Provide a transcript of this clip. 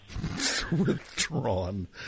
Withdrawn